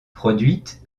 produite